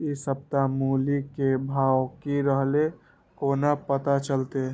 इ सप्ताह मूली के भाव की रहले कोना पता चलते?